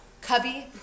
cubby